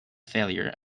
failure